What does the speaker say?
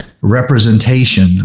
representation